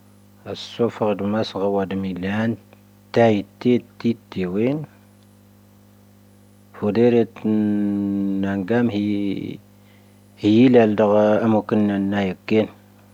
ⴰⵙⵙoⴼⴰⴷ ⵎⴰⵙⴳⴰⵡⴰⴷ ⵎⵉⵍⴰⴰⵏ, ⵜⴰⵢⵜⵉ ⵜⵉⵜⵉ ⵡⴰⵉⵏ. ⴼⵓⴷⵉⵔⵉⵜ ⵏⴰⵏⴳⴰⵎ ⵀⵉ ⵉⵉⵍⴰⵍ ⴷⴰⴳⴰ ⴰⵎoⴽⵉⵏ ⵏⴰⵏ ⵏⴰ ⵢⴰⴽⵉⵏ.